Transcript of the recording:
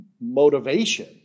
motivation